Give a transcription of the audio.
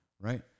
Right